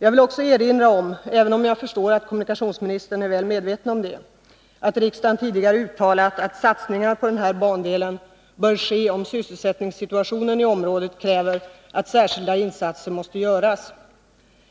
Jag vill också erinra om, även om jag förstår att kommunikationsministern är väl medveten om det, att riksdagen tidigare uttalat att satsningar på denna bandel bör ske, om sysselsättningssituationen i området kräver att särskilda insatser måste göras.